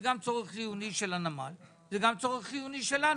של הנמל ושלנו.